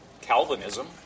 Calvinism